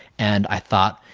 and i thought,